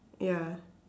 ya